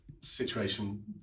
situation